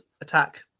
attack